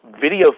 video